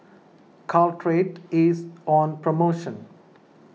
Caltrate is on promotion